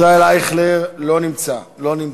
ישראל אייכלר, לא נמצא.